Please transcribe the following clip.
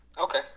Okay